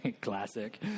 Classic